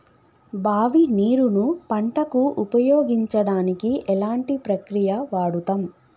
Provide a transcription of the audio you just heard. బావి నీరు ను పంట కు ఉపయోగించడానికి ఎలాంటి ప్రక్రియ వాడుతం?